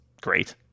great